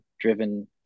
driven